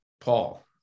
Paul